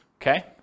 okay